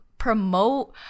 promote